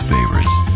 Favorites